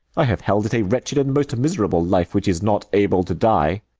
i have held it a wretched and most miserable life, which is not able to die.